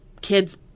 kids